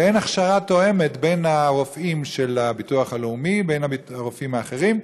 ואין הכשרה תואמת לרופאים של הביטוח הלאומי ולרופאים האחרים.